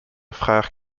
frère